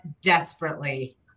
desperately